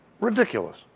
ridiculous